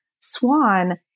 Swan